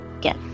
get